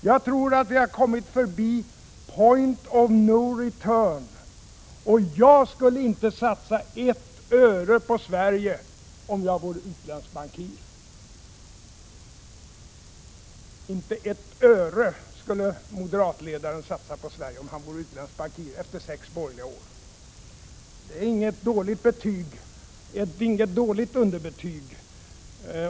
Jag tror att vi har kommit förbi point of no return och jag skulle inte satsa ett öre på Sverige om jag vore utländsk bankir.” Inte ett öre skulle moderatledaren satsa på Sverige, om han vore utländsk bankir, efter sex borgerliga år. Det är inget dåligt underbetyg.